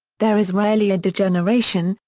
there is rarely a degeneration,